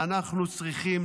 אנחנו צריכים,